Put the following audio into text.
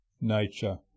nature